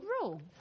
rule